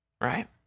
right